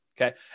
okay